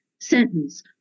sentence